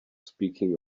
speaking